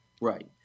Right